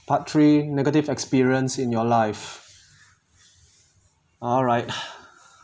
part three negative experience in your life all right